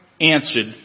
answered